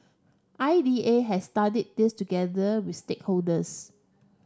I D A has studied this together with stakeholders